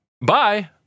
bye